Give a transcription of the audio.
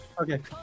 Okay